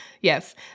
yes